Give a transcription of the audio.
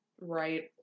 Right